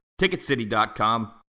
ticketcity.com